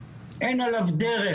אין עליו דרך,